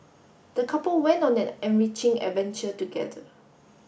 the couple went on an enriching adventure together